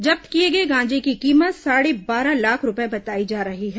जब्त किए गए गांजे की कीमत साढ़े बारह लाख रूपए बताई जा रही है